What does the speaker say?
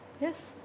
yes